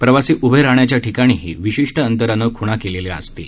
प्रवासी उभे राहण्याच्या ठिकाणीही विशिष्ट अंतरानं खूणा केल्या आहेत